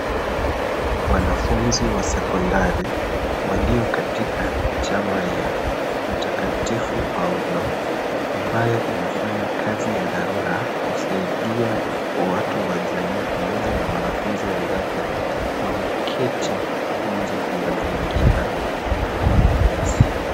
Wanafunzi wa sekondari walio katika chama ya Mtakatifu Paulo, ambayo inafanya kazi ya dharura, kusaidia watu wa jamii pamoja na wanafunzi wenzake. wameketi nje kwa mazingira kwenye nyasi.